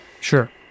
Sure